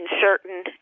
certain